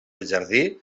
jardí